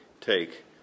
take